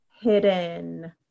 hidden